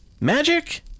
magic